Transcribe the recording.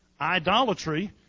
idolatry